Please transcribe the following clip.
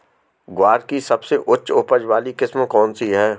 ग्वार की सबसे उच्च उपज वाली किस्म कौनसी है?